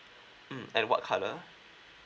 mm and what colour